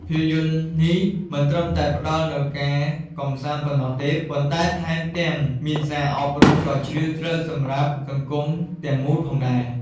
ភាពយន្ត នេះមិនត្រឹមតែផ្តល់នូវការកម្សាន្តប៉ុណ្ណោះទេ ប៉ុន្តែថែមទាំងមានសារអប់រំដ៏ជ្រាលជ្រៅសម្រាប់សង្គមទាំងមូលផងដែរ ។